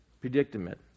predicament